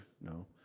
No